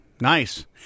nice